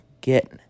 get